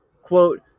Quote